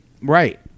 Right